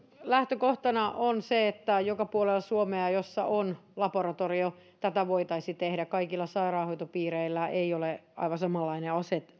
lähtökohtana on se että joka puolella suomea missä on laboratorio tätä voitaisiin tehdä kaikilla sairaanhoitopiireillä ei ole aivan samanlainen